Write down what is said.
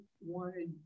wanted